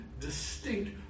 distinct